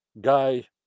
guy